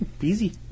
Easy